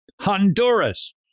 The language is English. Honduras